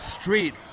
street